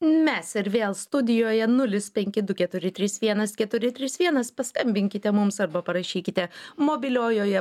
mes ir vėl studijoje nulis penki du keturi trys vienas keturi trys vienas paskambinkite mums arba parašykite mobiliojoje